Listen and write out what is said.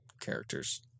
characters